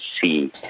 see